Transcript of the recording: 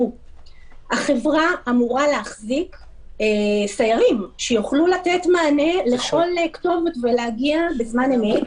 החברה אמורה להחזיק סיירים שיוכלו לתת מענה לכל כתובת ולהגיע בזמן אמת,